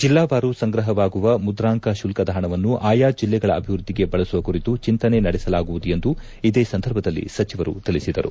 ಜಿಲ್ಲಾವಾರು ಸಂಗ್ರಹವಾಗುವ ಮುದ್ಧಾಂಕ ಶುಲ್ಲದ ಹಣವನ್ನು ಆಯಾ ಜಿಲ್ಲೆಗಳ ಅಭಿವೃದ್ಧಿಗೆ ಬಳಸುವ ಕುರಿತು ಚಿಂತನೆ ನಡೆಸಲಾಗುವುದು ಎಂದು ಇದೇ ಸಂದರ್ಭದಲ್ಲಿ ಸಚಿವರು ತಿಳಿಸಿದರು